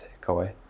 takeaway